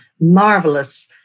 marvelous